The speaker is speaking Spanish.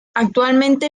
actualmente